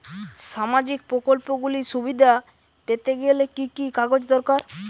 সামাজীক প্রকল্পগুলি সুবিধা পেতে গেলে কি কি কাগজ দরকার?